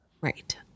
Right